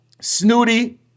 Snooty